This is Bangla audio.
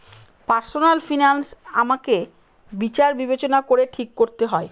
পার্সনাল ফিনান্স আমাকে বিচার বিবেচনা করে ঠিক করতে হয়